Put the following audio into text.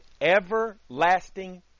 everlasting